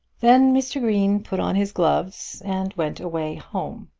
then mr. green put on his gloves and went away home.